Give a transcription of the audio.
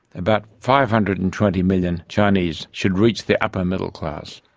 about five hundred and twenty million chinese should reach the upper middle class.